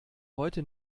heute